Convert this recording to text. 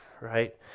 right